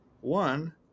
one